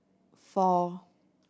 four